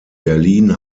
berlin